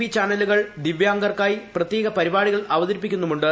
V ചാനലുക്ൾ ദിവ്യാംഗർക്കായി പ്രത്യേക പരിപാടികൾ അവതരിപ്പിക്കുന്നുണ്ട്